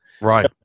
Right